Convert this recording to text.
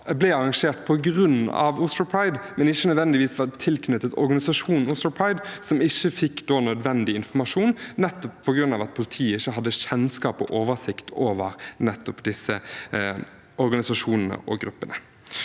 ble arrangert på grunn av Oslo Pride, men som ikke nødvendigvis var tilknyttet organisasjonen Oslo Pride – som ikke fikk nødvendig informasjon, nettopp på grunn av at politiet ikke hadde kjennskap til eller oversikt over disse organisasjonene og gruppene.